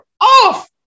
off